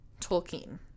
Tolkien